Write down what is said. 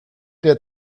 der